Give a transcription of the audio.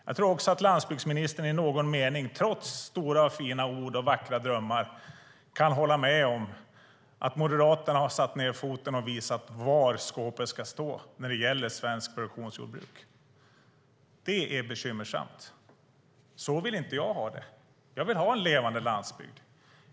Jag tror även att landsbygdsministern i någon mening, trots stora fina ord och vackra drömmar, kan hålla med om att Moderaterna har satt ned foten och visat var skåpet ska stå när det gäller svenskt produktionsjordbruk. Det är bekymmersamt. Så vill inte jag ha det. Jag vill ha en levande landsbygd.